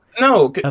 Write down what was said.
no